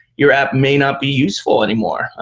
your app may not be useful anymore.